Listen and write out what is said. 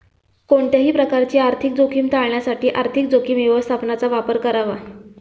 कोणत्याही प्रकारची आर्थिक जोखीम टाळण्यासाठी आर्थिक जोखीम व्यवस्थापनाचा वापर करा